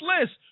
list